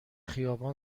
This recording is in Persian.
خیابان